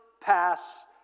pass